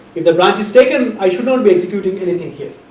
if the branch is taken i should not be executing anything here.